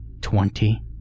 Twenty